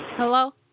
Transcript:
Hello